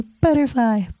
butterfly